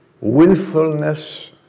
Willfulness